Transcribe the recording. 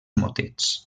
motets